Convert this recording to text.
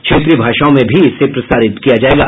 क्षेत्रीय भाषाओं में भी इसे प्रसारित किया जायेगा